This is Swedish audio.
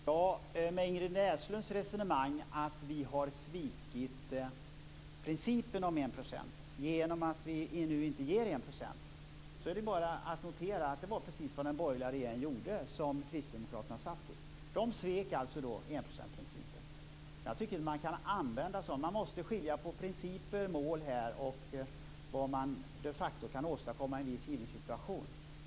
Fru talman! Ingrid Näslunds resonemang innebär att vi har svikit enprocentsprincipen genom att vi nu inte ger 1 % i bistånd. Det är bara att notera att det var precis vad den borgerliga regeringen, som Kristdemokraterna satt i, gjorde. Den svek alltså enprocentsprincipen. Jag tycker inte att man kan använda sådana ord. Man måste skilja på principer och mål och vad man de facto kan åstadkomma i en viss given situation.